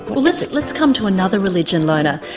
well let's let's come to another religion, lone, ah